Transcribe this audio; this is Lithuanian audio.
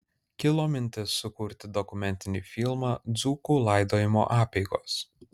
kilo mintis sukurti dokumentinį filmą dzūkų laidojimo apeigos